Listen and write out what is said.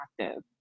active